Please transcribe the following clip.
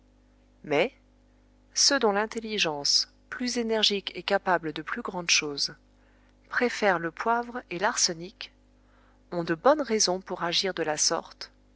mais ceux dont l'intelligence plus énergique et capable de plus grandes choses préfère le poivre et l'arsenic ont de bonnes raisons pour agir de la sorte